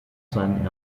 seinen